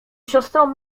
siostrą